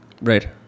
Right